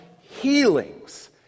healings